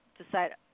decide